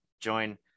join